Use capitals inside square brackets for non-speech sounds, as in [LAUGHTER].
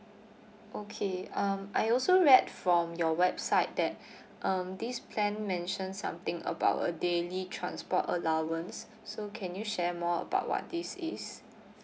okay um I also read from your website that [BREATH] um this plan mention something about a daily transport allowance so can you share more about what this is